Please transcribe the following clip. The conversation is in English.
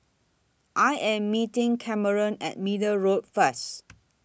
I Am meeting Cameron At Middle Road First